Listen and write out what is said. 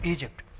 Egypt